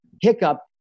hiccup